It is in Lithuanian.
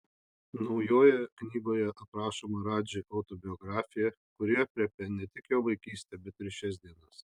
naujoje knygoje aprašoma radži autobiografija kuri aprėpia ne tik jo vaikystę bet ir šias dienas